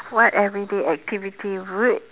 what everyday activity would